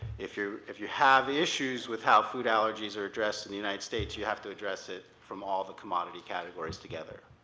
if you if you have issues with how food allergies are addressed in the united states, you have to address it from all the commodity categories together.